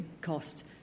cost